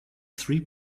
three